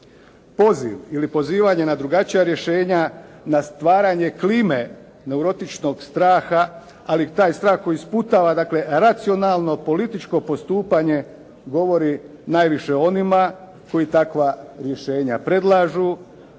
Poziv ili pozivanje na drugačija rješenja, na stvaranje klime neurotičnog straha, ali taj strah koji sputava dakle racionalno političko postupanje govori najviše o onima koji takva rješenja predlažu